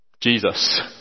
Jesus